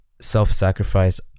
self-sacrifice